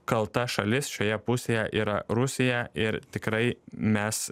kalta šalis šioje pusėje yra rusija ir tikrai mes